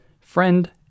friend